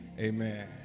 amen